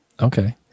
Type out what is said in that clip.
Okay